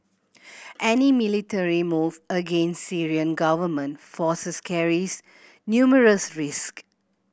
any military move against Syrian government forces carries numerous risk